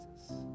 Jesus